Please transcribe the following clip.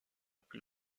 plus